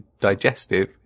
digestive